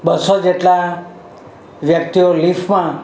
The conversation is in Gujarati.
બસો જેટલા વ્યક્તિઓ લીફ્ટમાં